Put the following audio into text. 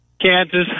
Kansas